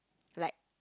like